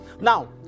Now